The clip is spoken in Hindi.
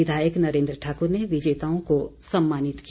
विधायक नरेन्द्र ठाकुर ने विजेताओं को सम्मानित किया